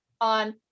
on